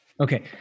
Okay